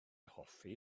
hoffi